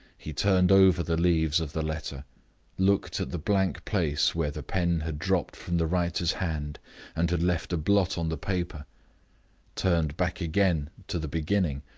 he turned over the leaves of the letter looked at the blank place where the pen had dropped from the writer's hand and had left a blot on the paper turned back again to the beginning,